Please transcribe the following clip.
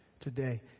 today